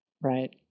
right